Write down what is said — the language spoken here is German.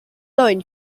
neuen